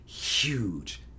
Huge